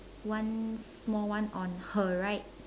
one small one on her right